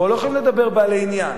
פה לא יכולים לדבר בעלי עניין.